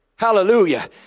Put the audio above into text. Hallelujah